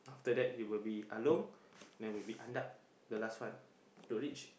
after that it will be Along then will be Andak the last one to reach